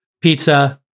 pizza